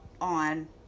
on